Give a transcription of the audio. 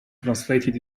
translated